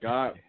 God